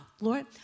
lord